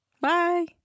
bye